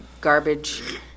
garbage